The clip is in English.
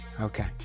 Okay